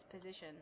position